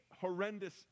horrendous